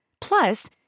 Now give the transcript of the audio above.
Plus